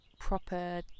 proper